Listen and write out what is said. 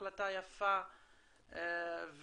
החלטה יפה וראויה,